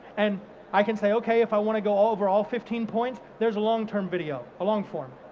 and i can say, okay if i want to go over all fifteen points, there's a long term video, a long form.